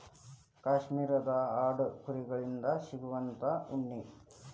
ಕಾಶ್ಮೇರದ ಆಡು ಕುರಿ ಗಳಿಂದ ಸಿಗುವಂತಾ ಉಣ್ಣಿ